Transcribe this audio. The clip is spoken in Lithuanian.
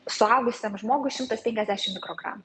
suaugusiam žmogui šimtas penkiasdešimt mikrogramų